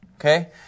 okay